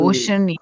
Ocean